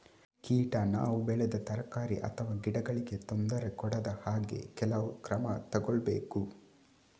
ಕೀಟ ನಾವು ಬೆಳೆದ ತರಕಾರಿ ಅಥವಾ ಗಿಡಗಳಿಗೆ ತೊಂದರೆ ಕೊಡದ ಹಾಗೆ ಕೆಲವು ಕ್ರಮ ತಗೊಳ್ಬೇಕು